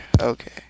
Okay